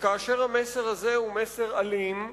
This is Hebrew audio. וכאשר המסר הזה הוא מסר אלים,